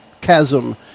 chasm